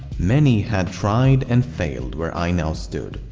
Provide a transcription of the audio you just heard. many had tried and failed where i now stood.